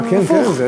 הפוך.